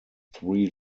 three